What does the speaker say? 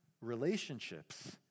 relationships